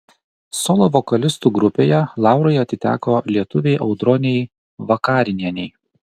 solo vokalistų grupėje laurai atiteko lietuvei audronei vakarinienei